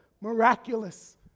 Miraculous